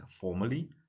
formally